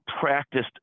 practiced